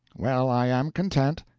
well, i am content.